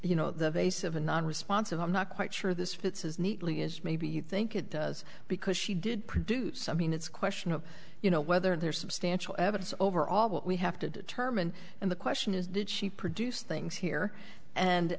you know the case of a non responsive i'm not quite sure this fits as neatly as maybe you think it does because she did produce i mean it's a question of you know whether there's substantial evidence over all what we have to determine and the question is did she produce things here and